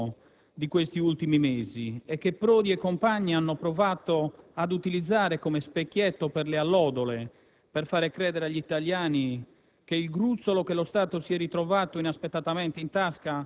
Un argomento che ha rappresentato il «tormentone» pre-estivo di questi ultimi mesi e che Prodi e compagni hanno provato ad utilizzare come specchietto per le allodole per fare credere agli italiani